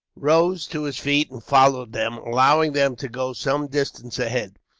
rose to his feet and followed them, allowing them to go some distance ahead.